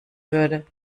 würde